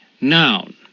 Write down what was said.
Noun